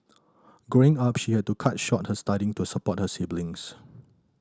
growing up she had to cut short her studying to support her siblings